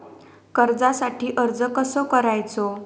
कर्जासाठी अर्ज कसो करायचो?